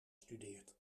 studeert